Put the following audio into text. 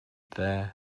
there